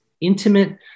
intimate